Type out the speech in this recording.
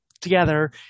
together